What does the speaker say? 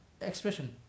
expression